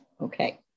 Okay